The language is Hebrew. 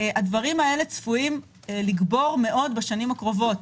הדברים האלה צפויים לגבור מאוד בשנים הקרובות.